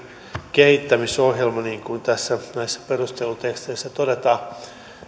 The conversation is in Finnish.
kehittämisohjelma niin kuin näissä perusteluteksteissä todetaan